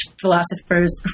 philosophers